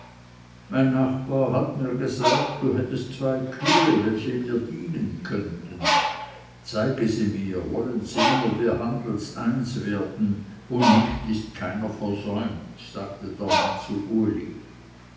mein nachbar hat mir gesagt du hättest zwei kühe welche mir dienen könnten zeige sie mir wollen sehn ob wir handels eins werden wo nicht ist keiner versäumt sagte der mann zu